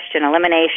elimination